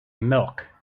milk